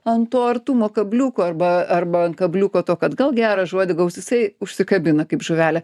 ant to artumo kabliuko arba arba ant kabliuko to kad gal gerą žodį gaus jisai užsikabina kaip žuvelė